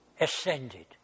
ascended